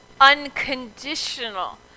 unconditional